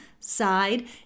Side